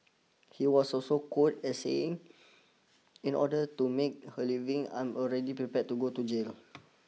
he was also quote as saying in order to make her leaving I am already prepared to go to jail